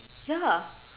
ya